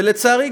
ולצערי,